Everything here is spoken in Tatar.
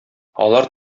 алар